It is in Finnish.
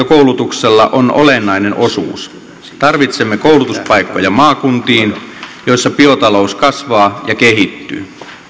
koulutuksella on olennainen osuus tarvitsemme koulutuspaikkoja maakuntiin joissa biotalous kasvaa ja kehittyy